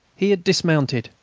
he had dismounted,